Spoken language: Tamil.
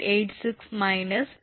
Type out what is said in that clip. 9 14